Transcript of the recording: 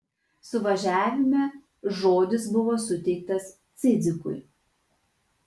suvažiavime žodis buvo suteiktas cidzikui